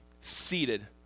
seated